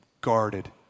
guarded